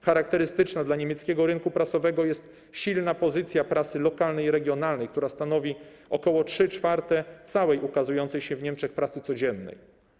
Charakterystyczna dla niemieckiego rynku prasowego jest silna pozycja prasy lokalnej i regionalnej, która stanowi ok. 3/4 całej ukazującej się w Niemczech prasy codziennej.